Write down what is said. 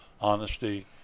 Honesty